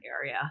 area